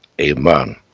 amen